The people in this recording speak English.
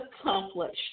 accomplished